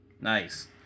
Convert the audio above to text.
Nice